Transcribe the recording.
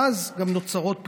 ואז גם נוצרות פגיעות.